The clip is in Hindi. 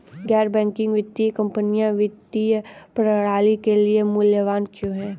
गैर बैंकिंग वित्तीय कंपनियाँ वित्तीय प्रणाली के लिए मूल्यवान क्यों हैं?